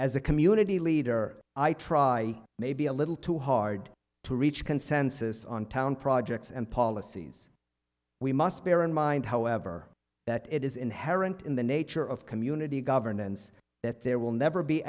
as a community leader i try maybe a little too hard to reach consensus on town projects and policies we must bear in mind however that it is inherent in the nature of community governance that there will never be